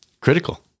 critical